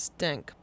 Stink